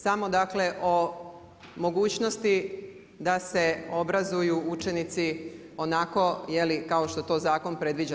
Samo dakle o mogućnosti da se obrazuju učenici onako, je li kao što to zakon predviđa.